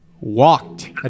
walked